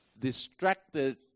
distracted